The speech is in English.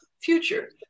future